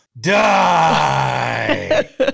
die